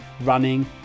running